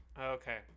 Okay